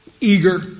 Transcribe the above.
eager